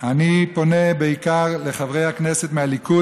אני פונה בעיקר לחברי הכנסת מהליכוד,